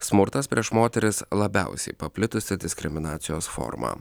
smurtas prieš moteris labiausiai paplitusi diskriminacijos forma